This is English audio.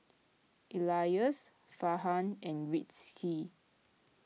Elyas Farhan and Rizqi